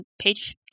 page